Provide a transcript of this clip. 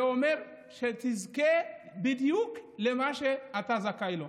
זה אומר, שתזכה בדיוק למה שאתה זכאי לו.